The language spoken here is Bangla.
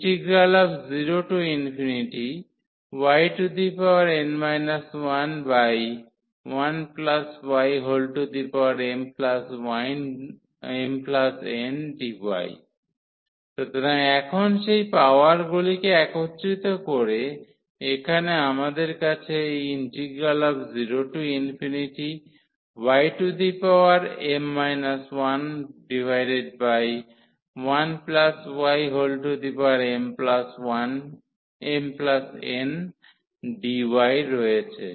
0yn 11ymndy সুতরাং এখন সেই পওয়ারগুলিকে একত্রিত করে এখানে আমাদের কাছে এই 0ym 11ymndy রয়েছ